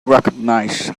recognize